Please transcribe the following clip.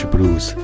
Blues